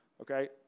Okay